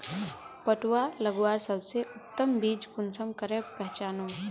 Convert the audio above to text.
पटुआ लगवार सबसे उत्तम बीज कुंसम करे पहचानूम?